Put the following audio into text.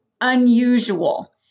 unusual